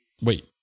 Wait